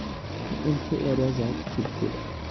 تہٕ أمۍ چھِ واریاہ زادٕ خوٗبصوٗرت